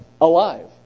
alive